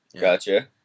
gotcha